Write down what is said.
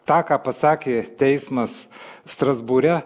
tą ką pasakė teismas strasbūre